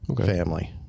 family